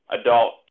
adult